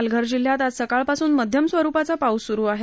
पालघर जिल्ह्यात आज सकाळ पासून मध्यम स्वरूपाचा पाऊस सुरू आहे